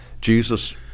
Jesus